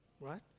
right